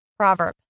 Proverb